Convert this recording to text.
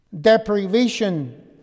deprivation